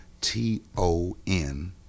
T-O-N